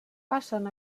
passen